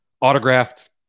Autographed